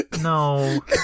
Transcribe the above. no